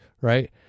Right